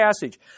passage